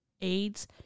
AIDS